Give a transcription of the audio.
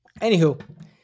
Anywho